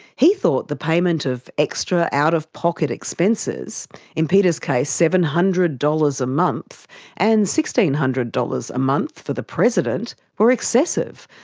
he thought the payment of extra out-of-pocket expenses in peter's case seven hundred dollars a month and hundred dollars a month for the president were excessive,